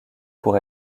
pour